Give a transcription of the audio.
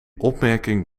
opmerking